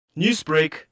Newsbreak